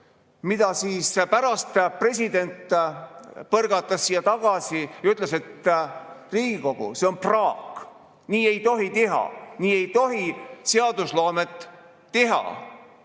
selle töö. Pärast president põrgatas selle siia tagasi ja ütles: Riigikogu, see on praak, nii ei tohi teha, nii ei tohi seadusloomet teha.